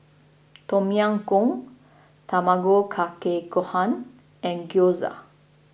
Tom Yam Goong Tamago Kake Gohan and Gyoza